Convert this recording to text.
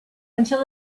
until